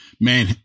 man